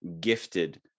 gifted